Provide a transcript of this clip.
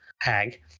hag